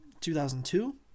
2002